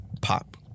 pop